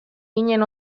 ginen